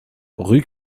rue